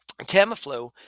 Tamiflu